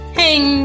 hang